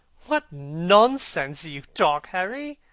what nonsense you talk, harry!